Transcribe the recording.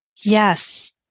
Yes